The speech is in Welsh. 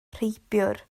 rheibiwr